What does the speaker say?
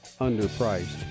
underpriced